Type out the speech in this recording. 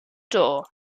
door